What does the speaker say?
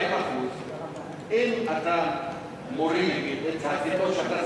40%. אם אתה מוריד את הכיתות שאתה